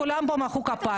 כולם פה מחו כפיים.